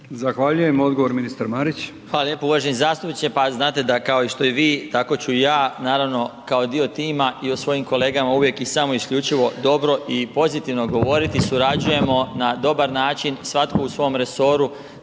Zahvaljujem. Odgovor ministar Marić.